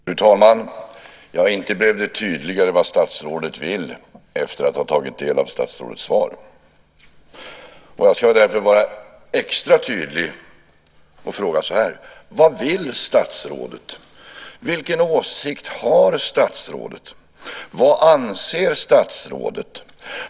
Fru talman! Inte blev det tydligare vad statsrådet vill efter att vi har tagit del av statsrådets svar. Jag ska därför vara extra tydlig, och fråga så här: Vad vill statsrådet? Vilken åsikt har statsrådet? Vad anser statsrådet?